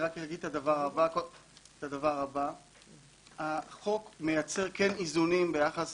אני רק אגיד את הדבר הבא: החוק מייצר כן איזונים ביחס